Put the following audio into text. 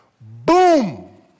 boom